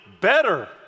better